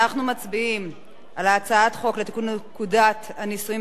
אנחנו מצביעים על הצעת חוק לתיקון פקודת הנישואין